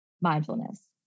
mindfulness